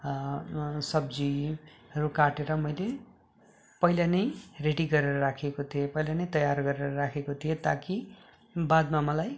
सब्जीहरू काटेर मैले पहिला नै रेडी गरेर राखेको थिएँ पहिला नै तयार गरेर राखेको थिएँ ता कि बादमा मलाई